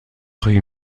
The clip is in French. rue